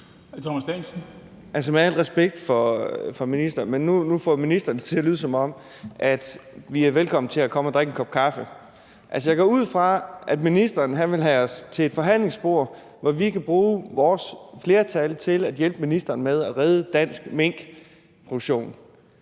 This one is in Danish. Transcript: (V): Med al respekt for ministeren: Nu får ministeren det til at lyde, som om vi er velkommen til at komme og drikke en kop kaffe. Altså, jeg går ud fra, at ministeren vil have os til et forhandlingsbord, hvor vi kan bruge vores flertal til at hjælpe ministeren med at redde dansk minkproduktion.